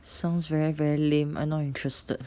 sounds very very lame I not interested